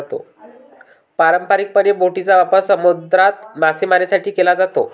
पारंपारिकपणे, बोटींचा वापर समुद्रात मासेमारीसाठी केला जातो